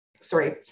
sorry